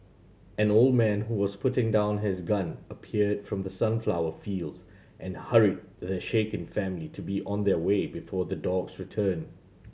an old man who was putting down his gun appeared from the sunflower fields and hurried the shaken family to be on their way before the dogs return